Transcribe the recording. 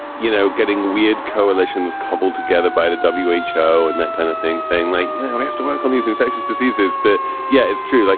you know, getting weird coalitions cobbled together by the w h o. and that kind of thing, saying like, you know, we have to work on these infectious diseases. but yeah, it's true. like